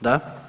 Da.